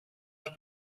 els